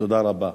תודה רבה.